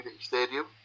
Stadium